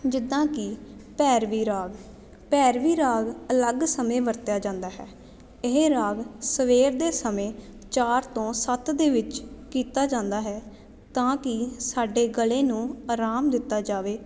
ਜਿੱਦਾਂ ਕਿ ਭੈਰਵੀ ਰਾਗ ਭੈਰਵੀ ਰਾਗ ਅਲੱਗ ਸਮੇਂ ਵਰਤਿਆ ਜਾਂਦਾ ਹੈ ਇਹ ਰਾਗ ਸਵੇਰ ਦੇ ਸਮੇਂ ਚਾਰ ਤੋਂ ਸੱਤ ਦੇ ਵਿੱਚ ਕੀਤਾ ਜਾਂਦਾ ਹੈ ਤਾਂ ਕਿ ਸਾਡੇ ਗਲੇ ਨੂੰ ਆਰਾਮ ਦਿੱਤਾ ਜਾਵੇ